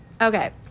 Okay